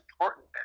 important